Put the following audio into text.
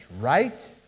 right